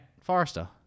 Forester